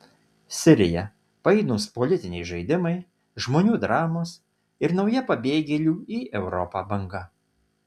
sirija painūs politiniai žaidimai žmonių dramos ir nauja pabėgėlių į europą banga